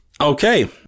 Okay